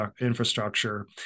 infrastructure